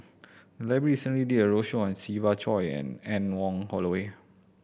library recently did a roadshow on Siva Choy and Anne Wong Holloway